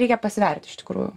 reikia pasverti iš tikrųjų